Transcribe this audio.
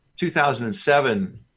2007